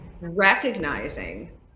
recognizing